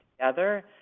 together